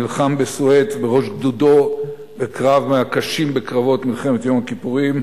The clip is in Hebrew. נלחם בסואץ בראש גדודו בקרב מהקשים בקרבות מלחמת יום הכיפורים.